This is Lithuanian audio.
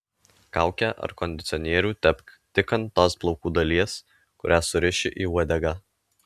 kaukę ar kondicionierių tepk tik ant tos plaukų dalies kurią suriši į uodegą